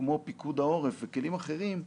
כמו פיקוד העורף וכלים אחרים,